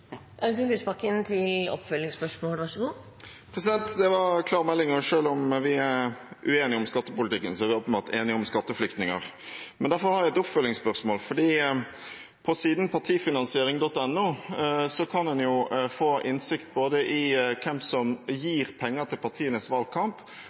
Det var klar melding, og selv om vi er uenige om skattepolitikken, er vi åpenbart enige om skatteflyktninger. Men derfor har jeg et oppfølgingsspørsmål. På siden partifinansering.no kan en få innsikt i hvem som